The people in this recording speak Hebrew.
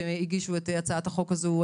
שהגישו את הצעת החוק הזו,